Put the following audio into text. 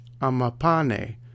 Amapane